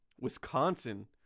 Wisconsin